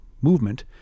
movement